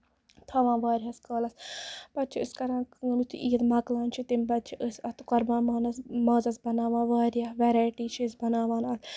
تھاوان واریاہَس کالَس پَتہٕ چھِ أسۍ کران کٲم یِتھُے یِم مۄکلان چھُ تَمہِ پَتہٕ چھِ أسۍ اَتھ قۄربان بانَس اَتھ قۄربان مازَنس بَناوان واریاہ ویرایٹی چھِ أسۍ بَناوان اَتھ